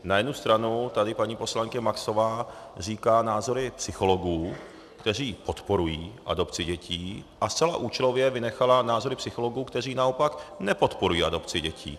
Na jednu stranu tady paní poslankyně Maxová říká názory psychologů, kteří podporují adopci dětí, a zcela účelově vynechala názory psychologů, kteří naopak nepodporují adopci děti.